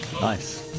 nice